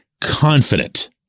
confident